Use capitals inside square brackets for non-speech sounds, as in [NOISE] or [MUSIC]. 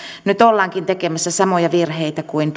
nyt ollaankin tekemässä samoja virheitä kuin [UNINTELLIGIBLE]